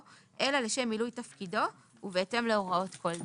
אלא לשם מילוי תפקידו ובהתאם להוראות כל דין."